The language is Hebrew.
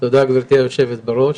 תודה רבה, גברתי יושבת הראש.